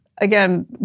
Again